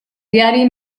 diari